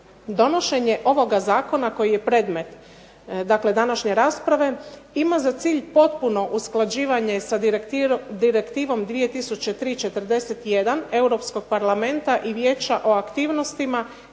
Donošenje ovoga zakona koji je predmet dakle današnje rasprave ima za cilj potpuno usklađivanje sa direktivom 2003/41 Europskog Parlamenta i Vijeća o aktivnostima